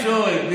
כל התקשורת.